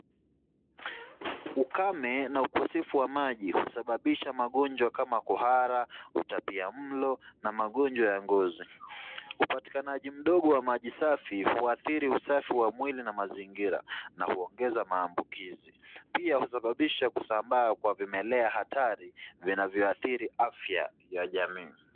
Ukame naukosefu wa maji husababisha magonjwa kama kuhara, utapia mlo na magonjwa ya ngozi. Upatikanaji mdogo wa maji huathiri usafi wa mazingira na huongeza maambukizi. Pia husababisha kusambaa kwa vimelea hatari vinavyo adhiri afya ya jamii.